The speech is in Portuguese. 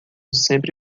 sempre